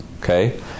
Okay